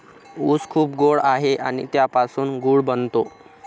ऊस खूप गोड आहे आणि त्यापासून गूळ बनतो